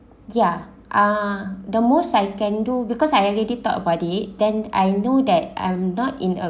ya uh the most I can do because I already talked about it then I know that I am not in a